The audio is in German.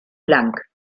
lang